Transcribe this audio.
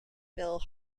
phil